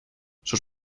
sus